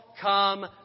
come